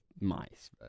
mice